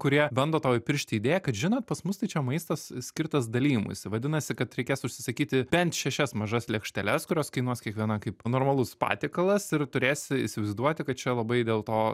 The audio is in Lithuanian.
kurie bando tau įpiršti idėją kad žinot pas mus tai čia maistas skirtas dalijimuisi vadinasi kad reikės užsisakyti bent šešias mažas lėkšteles kurios kainuos kiekviena kaip normalus patiekalas ir turėsi įsivaizduoti kad čia labai dėl to